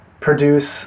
produce